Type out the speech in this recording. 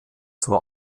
zur